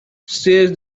says